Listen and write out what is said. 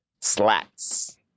Slats